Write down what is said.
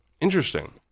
Interesting